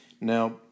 Now